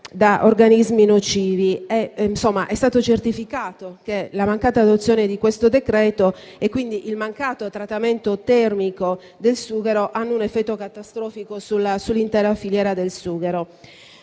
da organismi nocivi. È stato certificato che la mancata adozione di questo decreto e quindi il mancato trattamento termico del sughero hanno un effetto catastrofico sull'intera filiera del sughero.